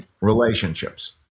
relationships